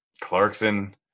Clarkson